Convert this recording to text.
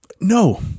No